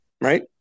right